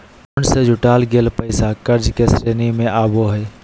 bond से जुटाल गेल पैसा कर्ज के श्रेणी में आवो हइ